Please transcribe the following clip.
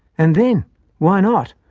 and then why not?